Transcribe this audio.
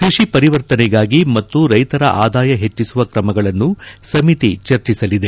ಕೃಷಿ ಪರಿವರ್ತನೆಗಾಗಿ ಮತ್ತು ರೈತರ ಆದಾಯ ಹೆಚ್ಚಿಸುವ ಕ್ರಮಗಳನ್ನು ಸಮಿತಿ ಚರ್ಚಿಸಲಿದೆ